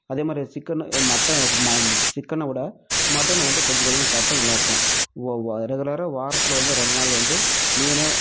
அதே மாதிரி சிக்கன் மட்ட ஸ் மா சிக்கனை விட மட்டன் வந்து கொஞ்சம் கொஞ்சமாக சாப்பிட்டா நல்லாயிருக்கும் ஓ ஓ ரெகுலராக வாரத்தில் வந்து ரெண்டு நாள் வந்து மீன்